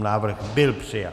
Návrh byl přijat.